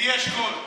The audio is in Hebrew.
לי יש כול.